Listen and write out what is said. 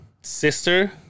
sister